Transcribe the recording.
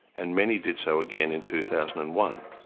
and many did so again in two thousand and one.